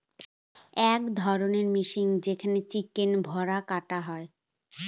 এক ধরণের মেশিন যেখানে চিকেন ভোরে কাটা হয়